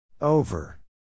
Over